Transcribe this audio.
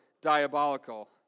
diabolical